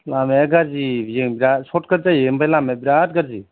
लामाया गाज्रि बिजों जा सदखाद जायो ओमफ्राइ लामाया बिराद गाज्रि